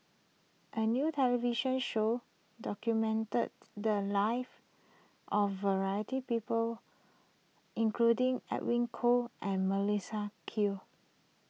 a new television show documented the lives of variety people including Edwin Koo and Melissa Q